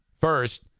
first